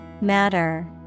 Matter